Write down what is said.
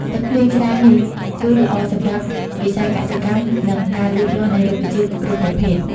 ទឹកភ្លៀងច្រើននេះគឺល្អសម្រាប់វិស័យកសិកម្ម និងការលូតលាស់នៃរុក្ខជាតិគ្រប់ប្រភេទ។